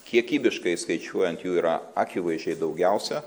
kiekybiškai skaičiuojant jų yra akivaizdžiai daugiausia